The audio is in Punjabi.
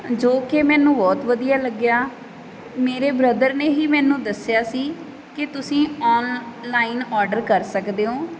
ਜੋ ਕਿ ਮੈਨੂੰ ਬਹੁਤ ਵਧੀਆ ਲੱਗਿਆ ਮੇਰੇ ਬ੍ਰਦਰ ਨੇ ਹੀ ਮੈਨੂੰ ਦੱਸਿਆ ਸੀ ਕਿ ਤੁਸੀਂ ਆਨਲਾਈਨ ਆਰਡਰ ਕਰ ਸਕਦੇ ਓਂ